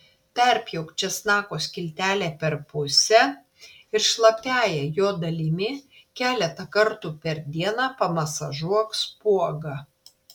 perpjauk česnako skiltelę per pusę ir šlapiąja jo dalimi keletą kartų per dieną pamasažuok spuogą